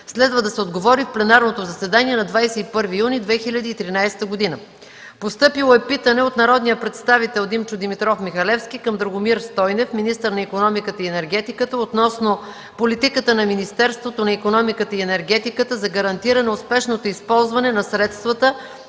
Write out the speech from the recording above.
Следва да се отговори в пленарното заседание на 21 юни 2013 г. Постъпило е питане от народния представител Димчо Димитров Михалевски към Драгомир Стойнев, министър на икономиката и енергетиката, относно политиката на Министерството на икономиката и енергетиката за гарантиране успешното използване на средствата